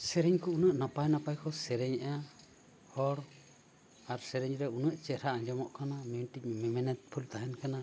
ᱥᱮᱨᱮᱧ ᱠᱚ ᱩᱱᱟᱹᱜ ᱱᱟᱯᱟᱭ ᱱᱟᱯᱟᱭ ᱠᱚ ᱥᱮᱨᱮᱧᱜᱼᱟ ᱦᱚᱲ ᱟᱨ ᱥᱮᱨᱮᱧ ᱨᱮ ᱩᱱᱟᱹᱜ ᱪᱮᱨᱦᱟ ᱟᱸᱡᱚᱢᱜ ᱠᱟᱱᱟ ᱢᱤᱫᱴᱤᱡ ᱢᱮᱢᱮᱱᱮᱫ ᱯᱷᱩᱞ ᱛᱟᱦᱮᱱ ᱠᱟᱱᱟ